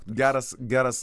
geras geras